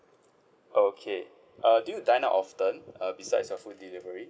okay uh do you dine out often uh besides the food delivery